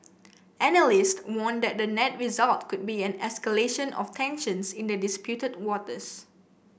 analysts warn that the net result could be an escalation of tensions in the disputed waters